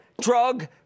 drug